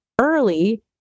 early